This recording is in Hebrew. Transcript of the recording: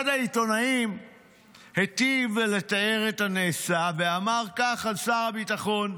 אחד העיתונאים היטיב לתאר את נעשה ואמר כך על שר הביטחון: